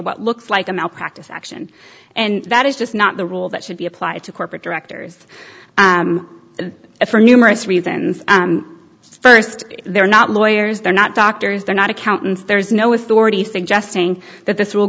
what looks like a malpractise action and that is just not the rule that should be applied to corporate directors if for numerous reasons first they're not lawyers they're not doctors they're not accountants there is no authority suggesting that this r